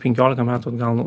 penkiolika metų atgal nu